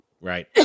Right